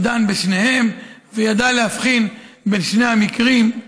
שדן בשניהם וידע להבחין בין שני המקרים,